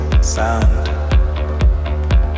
sound